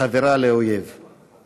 חברה לאויב";